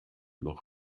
noch